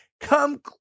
come